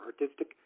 artistic